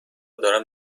دارم